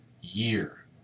year